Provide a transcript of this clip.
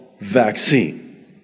vaccine